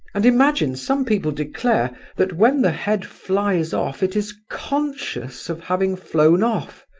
and imagine, some people declare that when the head flies off it is conscious of having flown off!